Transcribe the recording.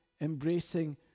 embracing